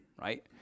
right